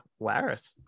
Laris